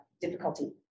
difficulty